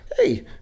hey